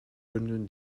bündeln